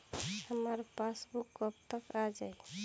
हमार पासबूक कब तक आ जाई?